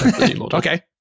Okay